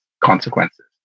consequences